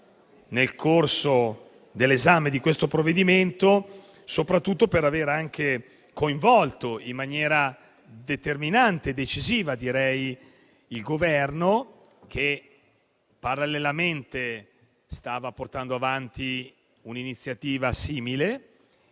nel corso dell'esame di questo provvedimento e soprattutto per aver coinvolto in maniera determinante e direi decisiva anche il Governo, che parallelamente stava portando avanti un'iniziativa simile.